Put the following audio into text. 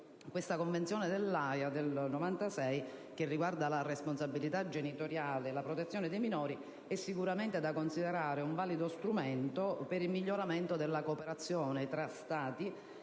della Convenzione dell'Aja del 1996. Tale Convenzione, che riguarda la responsabilità genitoriale e la protezione dei minori, è sicuramente da considerare un valido strumento per il miglioramento della cooperazione tra Stati